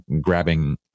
grabbing